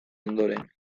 ondoren